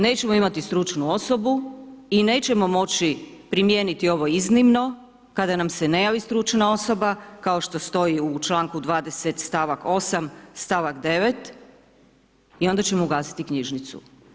Nećemo imati stručnu osobu i nećemo moći primijeniti ovo iznimno kada nam se ne javi stručna osoba, kao što stoji u čl. 20. stavak 8, stavak 9 i onda ćemo ugasiti knjižnicu.